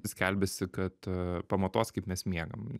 skelbiasi kad pamatuos kaip mes miegam